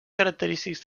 característics